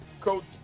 Coach